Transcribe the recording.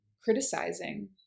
criticizing